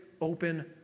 open